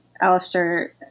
Alistair